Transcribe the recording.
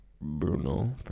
Bruno